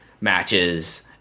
matches